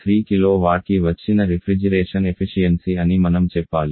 93 kWకి వచ్చిన refrigeration efficiency అని మనం చెప్పాలి